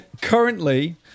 currently